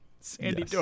Sandy